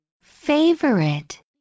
Favorite